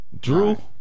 Drew